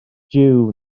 jiw